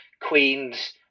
queens